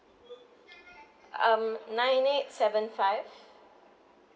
um nine eight seven five